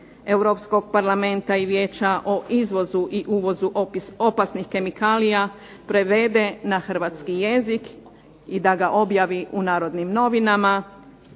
Europskog Parlamenta i Vijeća o izvozu i uvozu opasnih kemikalija prevede na hrvatski jezik i da ga objavi u Narodnim novinama,